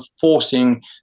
forcing